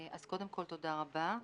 אז קודם כל תודה רבה.